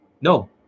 No